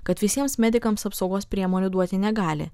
kad visiems medikams apsaugos priemonių duoti negali